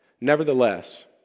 Nevertheless